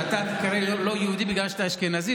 אתה תיקרא לא יהודי בגלל שאתה אשכנזי?